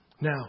Now